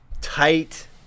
tight